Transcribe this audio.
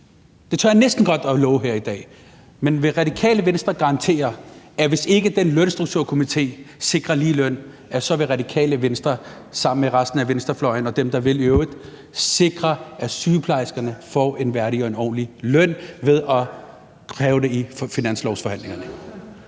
Det tør jeg næsten godt at love her i dag. Men vil Radikale Venstre garantere, at Radikale Venstre, hvis ikke den lønstrukturkomité sikrer ligeløn, så sammen med resten af venstrefløjen og dem, der i øvrigt vil, vil sikre, at sygeplejerskerne får en værdig og en ordentlig løn ved at kræve det i finanslovsforhandlingerne?